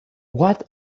what